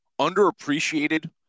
underappreciated